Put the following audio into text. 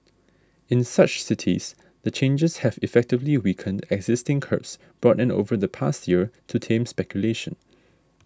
in such cities the changes have effectively weakened existing curbs brought in over the past year to tame speculation